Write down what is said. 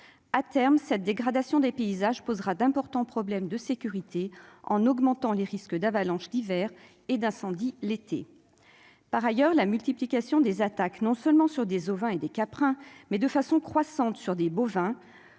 à terme cette dégradation des paysages posera d'importants problèmes de sécurité, en augmentant les risques d'avalanche d'hiver et d'incendie, l'été, par ailleurs, la multiplication des attaques non seulement sur des ovins et des caprins mais de façon croissante sur des bovins,